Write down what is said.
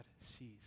sees